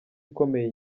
ikomeye